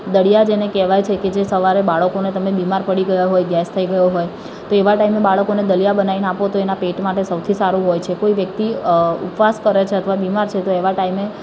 દલીયા જેને કહેવાય છે કે જે સવારે બાળકોને તમે બીમાર પડી ગયા હોય ગૅસ થઇ ગયો હોય તો એવા ટાઈમે બાળકોને દલીયા બનાવીને આપો તો એનાં પેટ માટે સૌથી સારું હોય છે કોઈ વ્યક્તિ ઉપવાસ કરે છે અથવા બીમાર છે તો એવા ટાઈમે